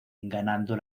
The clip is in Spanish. ganando